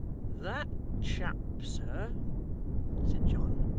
that chap, sir said john,